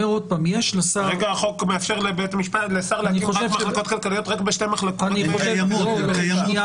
כרגע החוק מאפשר לשר להקים מחלקות כלכליות רק בשתי --- הן כבר קיימות.